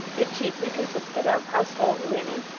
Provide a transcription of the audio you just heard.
it chiefly consisted of household linen,